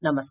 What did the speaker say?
नमस्कार